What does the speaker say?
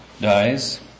dies